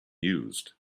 used